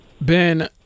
Ben